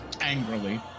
angrily